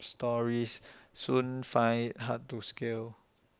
stories soon find IT hard to scale